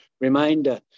reminder